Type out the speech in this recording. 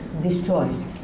destroys